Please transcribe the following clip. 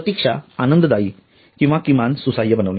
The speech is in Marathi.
प्रतीक्षा आनंददायी किंवा किमान सुसह्य बनवणे